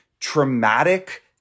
traumatic